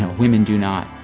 women do not.